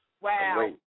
Wow